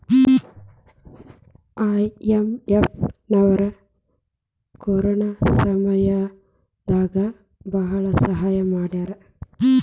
IMF ನವ್ರು corona ಸಮಯ ದಾಗ ಭಾಳ ಸಹಾಯ ಮಾಡ್ಯಾರ